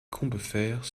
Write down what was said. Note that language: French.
combeferre